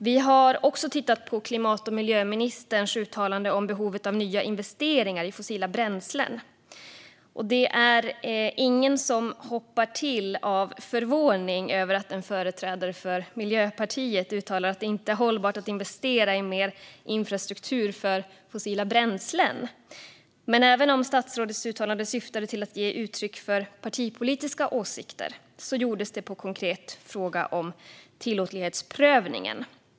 Vi har också tittat på miljö och kilmatministerns uttalande om behovet av nya investeringar i fossila bränslen. Det är ingen som hoppar till av förvåning över att en företrädare för Miljöpartiet uttalar att det inte är hållbart att investera i mer infrastruktur för fossila bränslen. Även om statsrådets uttalande syftade till att ge uttryck för partipolitiska åsikter gjordes det på en konkret fråga om tillåtlighetsprövningen.